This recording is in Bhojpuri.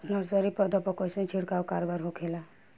नर्सरी पौधा पर कइसन छिड़काव कारगर होखेला?